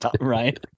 right